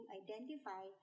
identify